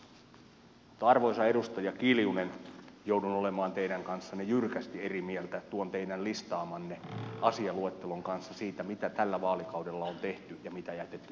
mutta arvoisa edustaja kiljunen joudun olemaan teidän kanssanne jyrkästi eri mieltä tuon teidän listaamanne asialuettelon kanssa siitä mitä tällä vaalikaudella on tehty ja mitä jätetty tekemättä